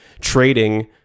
trading